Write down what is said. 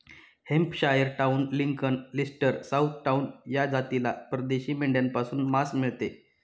Hampshire town, Lincoln, Leicester, south town या जातीला परदेशी मेंढ्यांपासून मांस मिळते